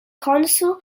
consul